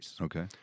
Okay